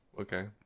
Okay